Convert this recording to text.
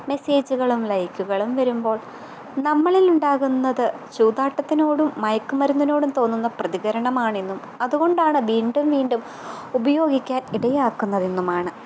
മെസ്സേജുകളും ലൈക്കുകളും വരുമ്പോൾ നമ്മളിലുണ്ടാകുന്നത് ചൂതാട്ടത്തിനോടും മയക്കുമരുന്നിനോടും തോന്നുന്ന പ്രതികരണമാണെന്നും അതുകൊണ്ടാണ് വീണ്ടും വീണ്ടും ഉപയോഗിക്കാൻ ഇടയാക്കുന്നതെന്നുമാണ്